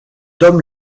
homme